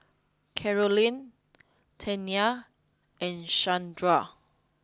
Karolyn Tawnya and Shawnda